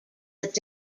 that